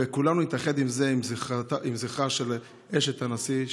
וכולנו נתאחד עם זכרה של אשת הנשיא.